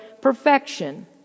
perfection